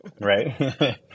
Right